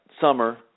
summer